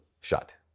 shut